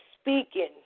speaking